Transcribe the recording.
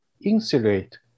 insulate